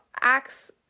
acts